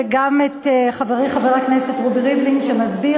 וגם את חברי חבר הכנסת רובי ריבלין שמסביר